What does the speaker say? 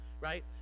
right